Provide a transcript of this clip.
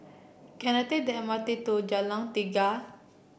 can I take the M R T to Jalan Tiga